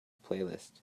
playlist